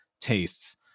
tastes